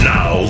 Now